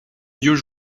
vieux